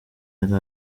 yari